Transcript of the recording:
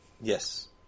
Yes